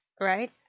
right